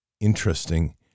interesting